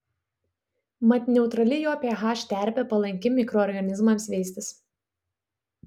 mat neutrali jo ph terpė palanki mikroorganizmams veistis